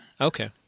Okay